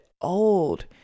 old